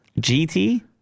GT